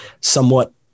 somewhat